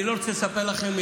אני לא רוצה לספר לכם,